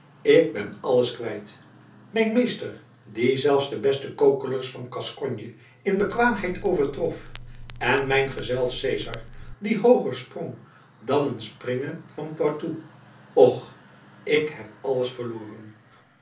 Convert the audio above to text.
ik ben alles kwijt mijn meester die zelfs de beste kokelers van gaskonje in bekwaamheid overtrof en mijn cezar die hooger sprong dan een springer van poitou och ik heb alles verloren